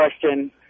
question